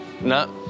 No